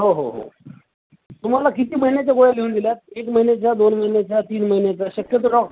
हो हो हो तुम्हाला किती महिन्याच्या गोळ्या लिहून दिल्या एक महिन्याच्या दोन महिन्याच्या तीन महिन्याच्या शक्यतो डॉक्